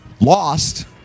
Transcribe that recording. lost